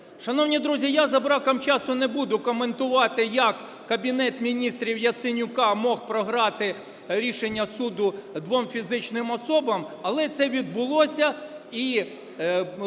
Шановні друзі, я за браком часу не буду коментувати як Кабінет Міністрів Яценюка міг програти рішення суду двом фізичним особам, але це відбулося.